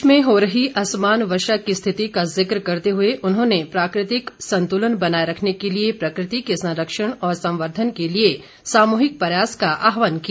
देश में हो रही असमान वर्षा की स्थिति का जिक्र करते हुए उन्होंने प्राकृतिक संतुलन बनाए रखने के लिए प्रकृति के संरक्षण और संवर्द्वन के लिए सामूहिक प्रयास का आह्वान किया